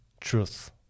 truth